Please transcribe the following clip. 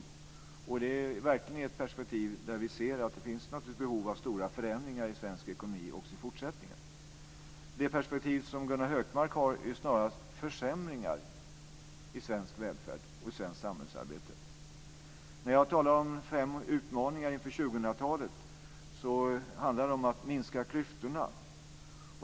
Det handlar verkligen om ett perspektiv som innebär att vi ser att det naturligtvis finns behov av stora förändringar i svensk ekonomi också i fortsättningen. Det perspektiv som Gunnar Hökmark har handlar snarast om försämringar i svensk välfärd och i svenskt samhällsarbete. När jag talar om fem utmaningar inför 2000-talet handlar det om att minska klyftorna.